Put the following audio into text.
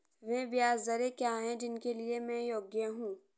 वे ब्याज दरें क्या हैं जिनके लिए मैं योग्य हूँ?